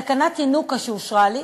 תקנת ינוקא שאושרה לי,